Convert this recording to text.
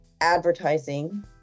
advertising